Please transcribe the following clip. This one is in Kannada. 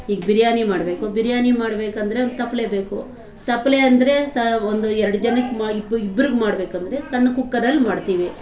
ಈಗ ಬಿರಿಯಾನಿ ಮಾಡಬೇಕು ಬಿರಿಯಾನಿ ಮಾಡಬೇಕಂದ್ರೆ ಒಂದು ತಪ್ಪಲೆ ಬೇಕು ತಪ್ಪಲೆ ಅಂದರೆ ಸಹ ಒಂದು ಎರಡು ಜನಕ್ಕೆ ಮಾ ಇಬ್ ಇಬ್ರಿಗೆ ಮಾಡಬೇಕಂದ್ರೆ ಸಣ್ಣ ಕುಕ್ಕರಲ್ಲಿ ಮಾಡ್ತಿವಿ